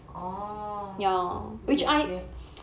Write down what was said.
orh okay okay